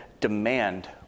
demand